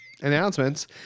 Announcements